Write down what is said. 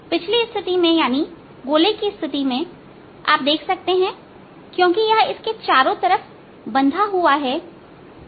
पिछले स्थिति में यानी गोले की स्थिति में आप देख सकते हैं क्योंकि यह इसके चारों तरफ बंधा हुआ है